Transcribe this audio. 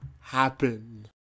happen